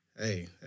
Hey